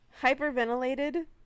hyperventilated